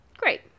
Great